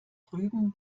drüben